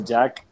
Jack